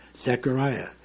Zechariah